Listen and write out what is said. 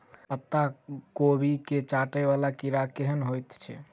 पत्ता कोबी केँ चाटय वला कीड़ा केहन होइ छै?